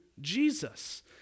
Jesus